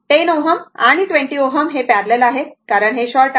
तर 10 Ω आणि 20 Ω पॅरलल आहेत कारण हे शॉर्ट आहेत